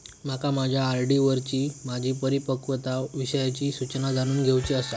माका माझ्या आर.डी वरची माझी परिपक्वता विषयची सूचना जाणून घेवुची आसा